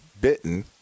bitten